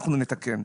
אנחנו נתקן.